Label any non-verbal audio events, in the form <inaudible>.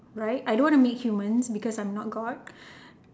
right I don't want to make humans because I'm not god <breath>